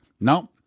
No